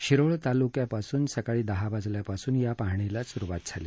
शिरोळ तालुक्यापासून सकाळी दहा वाजल्यापासून या पाहणीला सुरुवात झाली